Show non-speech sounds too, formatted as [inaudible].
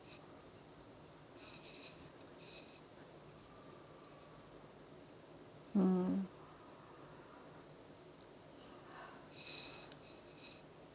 mm [breath]